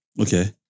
Okay